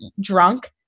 drunk